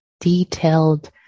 detailed